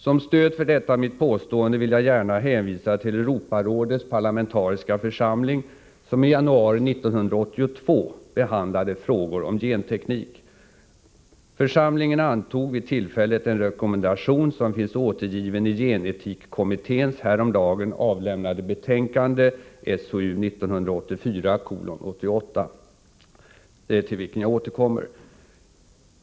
Som stöd för detta mitt påstående vill jag gärna hänvisa till Europarådets parlamentariska församling, som i januari 1982 behandlade frågor om genteknik. Församlingen antog vid tillfället en rekommendation, som finns återgiven i gen-etikkommitténs häromdagen avlämnade betänkande SOU 1984:88, till vilken jag återkommer.